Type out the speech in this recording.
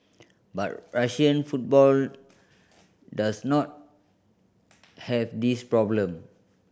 but Russian football does not have this problem